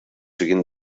siguin